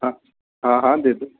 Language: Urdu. ہاںں ہاں ہاں دے دو